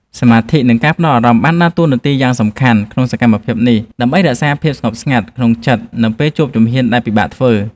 សមាធិ និងការផ្ដោតអារម្មណ៍បានដើរតួនាទីយ៉ាងសំខាន់ក្នុងសកម្មភាពនេះ ដើម្បីរក្សាភាពស្ងប់ស្ងាត់ក្នុងចិត្តនៅពេលជួបជំហានដែលពិបាកធ្វើ។